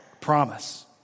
promise